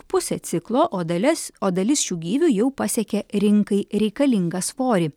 pusė ciklo o dales o dalis šių gyvių jau pasiekė rinkai reikalingą svorį